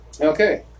Okay